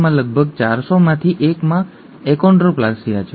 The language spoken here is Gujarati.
માં લગભગ 400 માંથી 1 માં એકોન્ડ્રોપ્લાસિયા છે